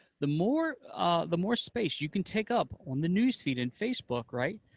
the more the more space you can take up on the news feed in facebook, right,